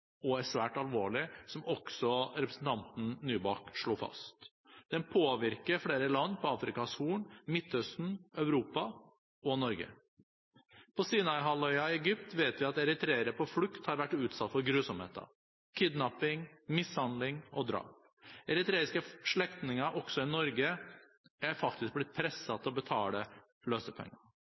er svært alvorlig, som også representanten Nybakk slo fast. Den påvirker flere land på Afrikas Horn, Midtøsten, Europa og Norge. På Sinaihalvøya i Egypt vet vi at eritreere på flukt har vært utsatt for grusomheter – kidnapping, mishandling og drap. Eritreiske slektninger, også i Norge, er faktisk blitt presset til å betale løsepenger.